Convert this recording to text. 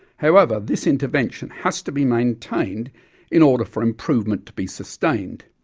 however, this intervention has to be maintained in order for improvement to be sustained.